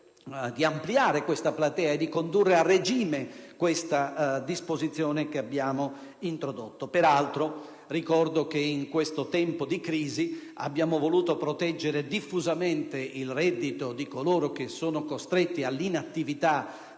di ampliare questa platea e di condurre a regime la disposizione che abbiamo introdotto. Peraltro, in questo tempo di crisi, abbiamo voluto proteggere diffusamente il reddito di coloro che sono costretti all'inattività